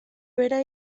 verá